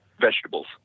vegetables